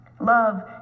Love